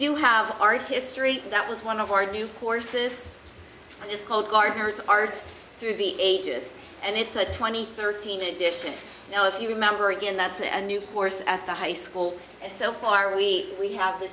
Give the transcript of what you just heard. do have art history that was one of our new courses it's called gardeners arts through the ages and it's a twenty thirteen edition now if you remember again that's a new force at the high school so far we we have the